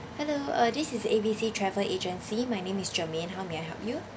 hello uh this is A_B_C travel agency my name is germane how may I help you